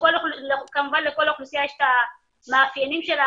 כשלכל אוכלוסייה יש את המאפיינים שלה,